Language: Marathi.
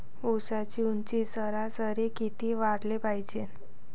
ऊसाची ऊंची सरासरी किती वाढाले पायजे?